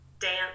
Dance